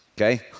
okay